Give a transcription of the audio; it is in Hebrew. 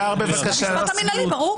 במשפט המנהלי, ברור.